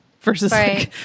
versus